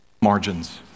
margins